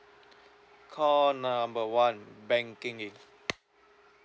call number one banking